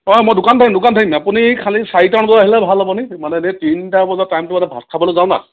অঁ মই দোকানত থাকিম দোকানত থাকিম আপুনি খালি চাৰিটা মান বজাত আহিলে ভাল হ'ব নি মানে তিনিটা বজাট টাইমটো মানে ভাত খাবলৈ যাওঁ না